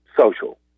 social